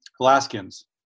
Alaskans